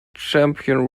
champion